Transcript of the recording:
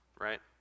right